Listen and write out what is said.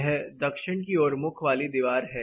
यह दक्षिण की ओर मुख वाली दीवार है